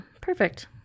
perfect